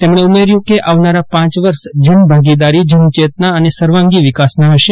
તેમણે ઉમેર્યું કે આવનારા પાંચ વર્ષ જન ભાગીદારી જનચેતના અને સર્વાગી વિકાસના હૃશે